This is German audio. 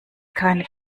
keine